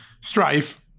strife